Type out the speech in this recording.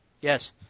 Yes